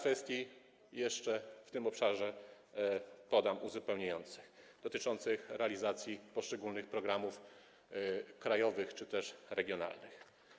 Wskażę jeszcze w tym obszarze kilka kwestii uzupełniających, dotyczących realizacji poszczególnych programów krajowych czy też regionalnych.